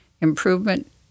improvement